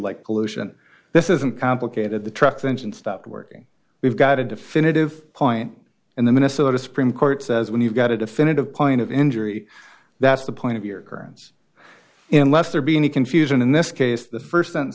like pollution this isn't complicated the truck the engine stopped working we've got a definitive point and the minnesota supreme court says when you've got a definitive point of injury that's the point of your currents and left there be any confusion in this case the first